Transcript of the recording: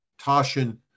Toshin